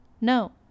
No